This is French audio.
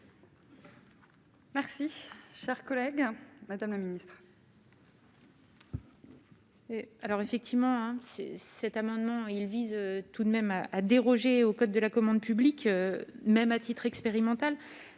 Merci, cher collègue, madame la ministre.